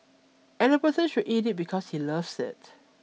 and the person should eat it because he loves it